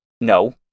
No